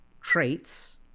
traits